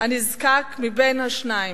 הנזקק מבין השניים,